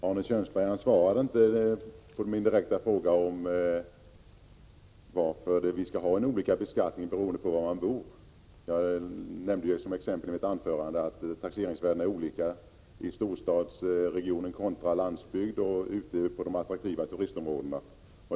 Herr talman! Arne Kjörnsberg svarade inte på min direkta fråga varför man skall ha olika beskattning beroende på var man bor. Jag nämnde som exempel i mitt anförande att taxeringsvärdena är olika i storstadsregionerna kontra landsbygden och ute i de attraktiva turistområdena.